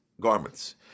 garments